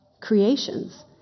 creations